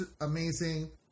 amazing